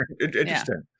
Interesting